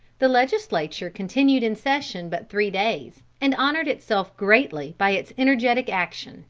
the legislature continued in session but three days, and honored itself greatly by its energetic action,